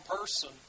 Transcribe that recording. person